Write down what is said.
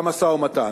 והמשא-ומתן.